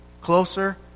closer